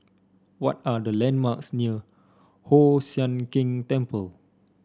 what are the landmarks near Hoon Sian Keng Temple